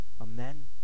Amen